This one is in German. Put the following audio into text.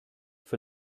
für